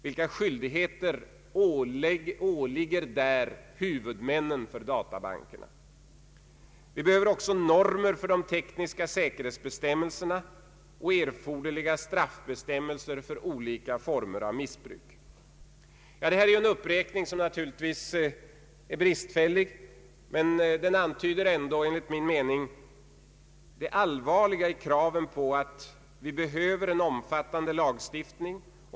Vilka skyldigheter åligger där huvudmännen för databankerna? Vi behöver också normer för de tekniska säkerhetsbestämmelserna och erforderliga straffbestämmelser för olika former av missbruk. Detta är en uppräkning som naturligtvis är bristfällig, men den antyder enligt min mening ändå det allvarliga i kraven på en omfattande lagstiftning.